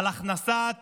על הכנסת